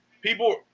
people